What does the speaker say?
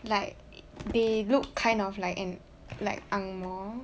like they look kind of like and like ang moh